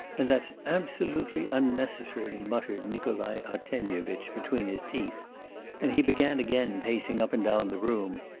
and that's absolutely unnecessary muttered nikolai artemyevitch between his teeth and he began again pacing up and down the room.